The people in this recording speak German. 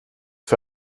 für